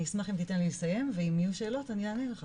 אני אשמח אם תיתן לי לסיים ואם תהיינה שאלות אני אענה לך.